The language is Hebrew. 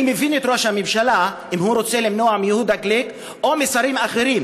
אני מבין את ראש הממשלה אם הוא רוצה למנוע מיהודה גליק או משרים אחרים,